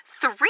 three